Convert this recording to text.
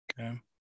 Okay